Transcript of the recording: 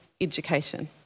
education